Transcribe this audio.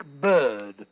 bird